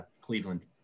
Cleveland